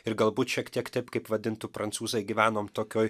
ir galbūt šiek tiek tep kaip vadintų prancūzai gyvenom tokioj